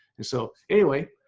and so anyway,